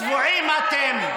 צבועים אתם.